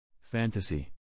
Fantasy